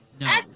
No